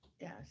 Yes